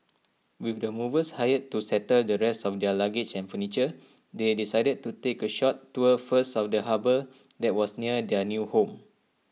with the movers hired to settle the rest of their luggage and furniture they decided to take A short tour first of the harbour that was near their new home